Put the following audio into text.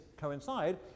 coincide